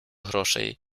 грошей